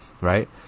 right